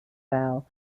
vowel